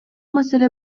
маселе